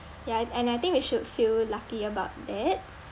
yeah and and I think we should feel lucky about that